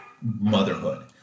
motherhood